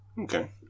Okay